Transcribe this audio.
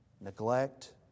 neglect